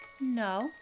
No